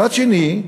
מצד שני,